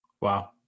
Wow